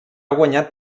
guanyat